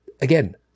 again